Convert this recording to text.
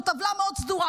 זאת טבלה מאוד סדורה.